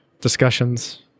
discussions